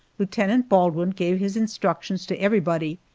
lieutenant baldwin gave his instructions to everybody,